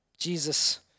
Jesus